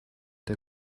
der